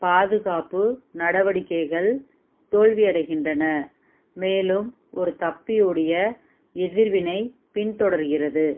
பாதுகாப்பு நடவடிக்கைகள் தோல்வியடைகின்றன மேலும் ஒரு தப்பியோடிய எதிர்வினை பின்தொடர்கிறது